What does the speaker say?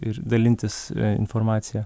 ir dalintis informacija